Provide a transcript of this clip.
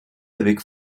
avec